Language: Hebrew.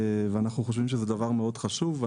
ואנחנו חושבים שזה דבר מאוד חשוב.